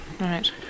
Right